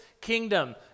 kingdom